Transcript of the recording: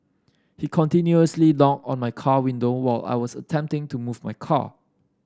he continuously knocked on my car window while I was attempting to move my car